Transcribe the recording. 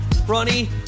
Ronnie